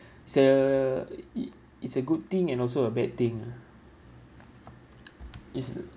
a uh it it's a good thing and also a bad thing ah it's a